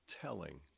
telling